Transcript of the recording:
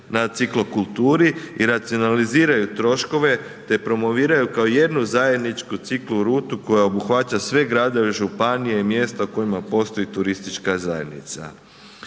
na ciklo kulturi i racionaliziraju troškove te promoviraju kao jednu zajedničku ciklo rutu koja obuhvaća sve gradove, županije i mjesta u kojima postoji turistička zajednica.